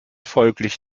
folglich